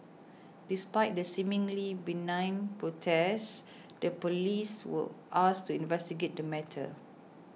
despite the seemingly benign protest the police were asked to investigate the matter